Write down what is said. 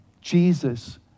Jesus